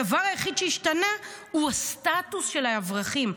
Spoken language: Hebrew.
הדבר היחיד שהשתנה הוא הסטטוס של האברכים.